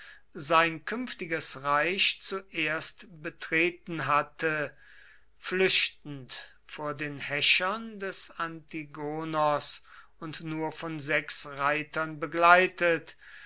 sein künftiges reich zuerst betreten hatte flüchtend vor den häschern des antigonos und nur von sechs reitern begleitet